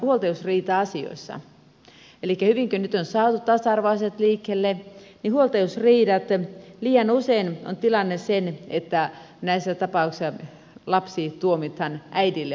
elikkä kun nyt on hyvin saatu tasa arvoasiat liikkeelle niin huoltajuusriidoissa liian usein on tilanne se että näissä tapauksissa lapsi tuomitaan äidille hoidettavaksi